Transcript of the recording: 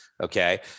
Okay